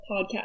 Podcast